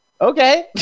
Okay